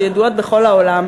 שידועות בכל העולם,